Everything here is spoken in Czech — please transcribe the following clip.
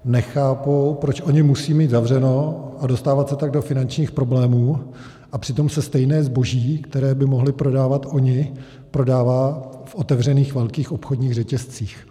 Nechápou, proč oni musí mít zavřeno a dostávat se tak do finančních problémů, a přitom se stejné zboží, které by mohli prodávat oni, prodává v otevřených velkých obchodních řetězcích.